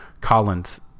Collins